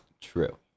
True